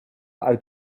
uit